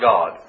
God